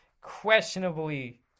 questionably